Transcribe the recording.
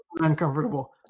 uncomfortable